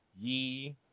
ye